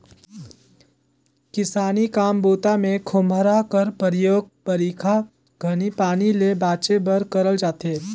किसानी काम बूता मे खोम्हरा कर परियोग बरिखा घनी पानी ले बाचे बर करल जाथे